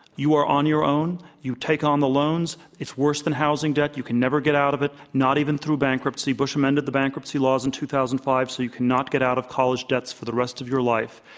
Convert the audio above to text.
you are on your own. you take on the loans. it's worse than housing debt. you can never get out of it, not even through bankruptcy. bush amended the bankruptcy laws in two thousand and five so you cannot get out of college debts for the rest of your life.